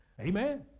Amen